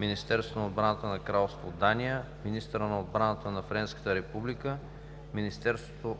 Министерството на отбраната на Кралство Дания, министъра на отбрана на Френската република, Федералното